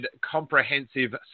comprehensive